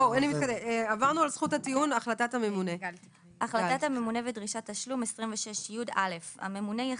26יהחלטת הממונה ודרישת תשלום הממונה יחליט,